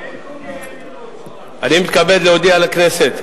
אני מתכבד להודיע לכנסת,